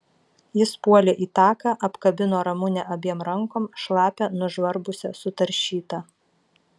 jis puolė į taką apkabino ramunę abiem rankom šlapią nužvarbusią sutaršytą